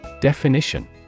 Definition